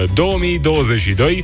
2022